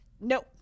no